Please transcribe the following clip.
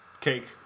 cake